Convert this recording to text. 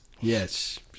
Yes